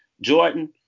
Jordan